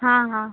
हां हां